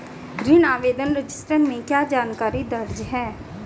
ऋण आवेदन रजिस्टर में क्या जानकारी दर्ज है?